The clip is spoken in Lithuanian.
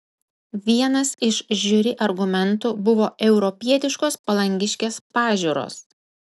vienas iš žiuri argumentų buvo europietiškos palangiškės pažiūros